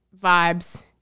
vibes